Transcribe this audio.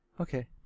Okay